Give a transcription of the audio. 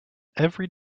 every